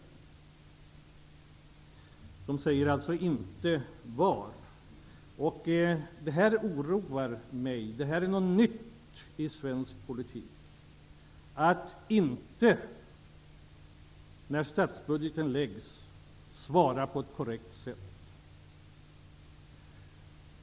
De säger alltså inte hur det skall göras. Det här oroar mig. Det är något nytt i svensk politik att man inte svarar på ett korrekt sätt när statsbudgeten läggs fram.